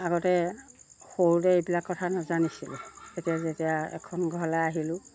আগতে সৰুতে এইবিলাক কথা নাজানিছিলোঁ এতিয়া যেতিয়া এখন ঘৰলৈ আহিলোঁ